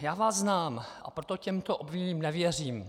Já vás znám, a proto těmto obviněním nevěřím.